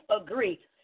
agree